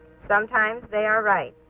sometimes, they are right.